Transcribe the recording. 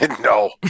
no